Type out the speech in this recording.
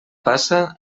passa